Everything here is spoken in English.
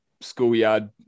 schoolyard